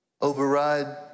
override